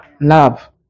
Love